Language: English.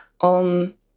on